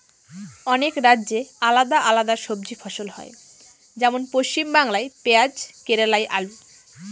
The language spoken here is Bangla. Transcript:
অনেক রাজ্যে আলাদা আলাদা সবজি ফসল হয়, যেমন পশ্চিমবাংলায় পেঁয়াজ কেরালায় আলু